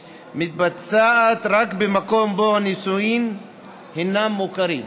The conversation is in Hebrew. מתבצעת רק במקום שבו הנישואין הינם מוכרים,